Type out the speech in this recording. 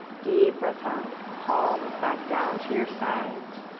deep breath out. palms back down to your sides.